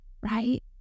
right